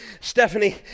Stephanie